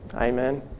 Amen